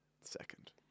Second